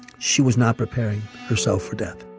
she was not preparing herself for death.